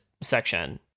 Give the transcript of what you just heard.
section